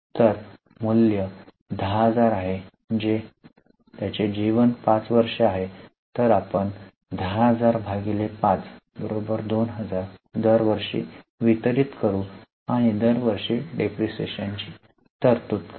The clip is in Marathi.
तर मूल्य 10000 आहे जे जीवन आहे ते 5 वर्षे आहे तर आम्ही 100005 2000 दर वर्षी वितरित करू आणि दरवर्षी डिप्रीशीएशन ची तरतूद करू